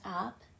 up